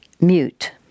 mute